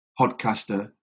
podcaster